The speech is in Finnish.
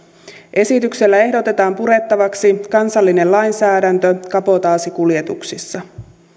esityksellä ehdotetaan purettavaksi kansallinen lainsäädäntö kabotaasikuljetuksissa